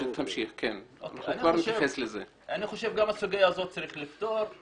אני חושב שגם את הסוגיה הזאת צריך לפתור.